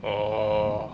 oh